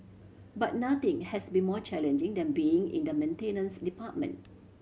but nothing has been more challenging than being in the maintenance department